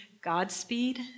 Godspeed